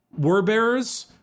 Warbearers